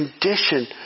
condition